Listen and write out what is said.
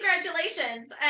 congratulations